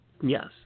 Yes